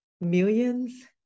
millions